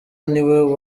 niwe